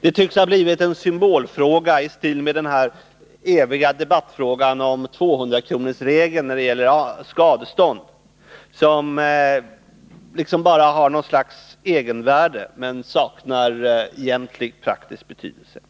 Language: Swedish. Detta tycks ha blivit en symbolfråga i stil med den eviga debattfrågan om 200-kronorsregeln beträffande skadestånd i arbetstvister. Det gäller en regel som bara har ett symbolvärde men som saknar egentlig praktisk betydelse.